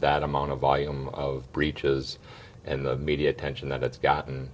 that amount of volume of breaches and the media attention that it's gotten